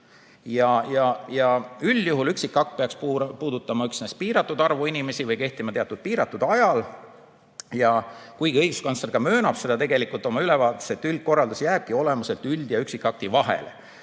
ja üldjuhul üksikakt peaks puudutama üksnes piiratud arvu inimesi või kehtima teatud piiratud ajal. Kuigi õiguskantsler ka möönab seda oma ülevaates, et üldkorraldus jääbki olemuselt üld- ja üksikakti vahele